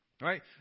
right